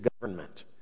government